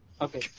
Okay